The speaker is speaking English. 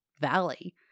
valley